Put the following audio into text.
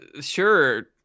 Sure